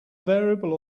variable